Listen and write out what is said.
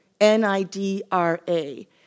N-I-D-R-A